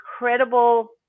incredible